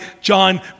John